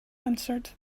answered